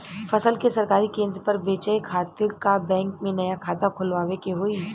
फसल के सरकारी केंद्र पर बेचय खातिर का बैंक में नया खाता खोलवावे के होई?